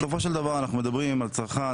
בסופו של דבר אנחנו מדברים על צרכן,